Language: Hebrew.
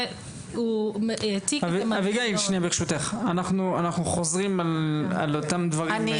אנחנו חוזרים על אותם דברים.